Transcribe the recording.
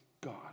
God